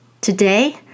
Today